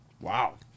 Wow